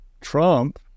Trump